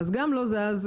אז גם לא זז,